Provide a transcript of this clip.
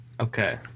Okay